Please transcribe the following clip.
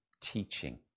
teaching